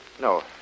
No